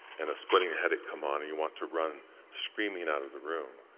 and a splitting headache come on, and you want to run screaming out of the room.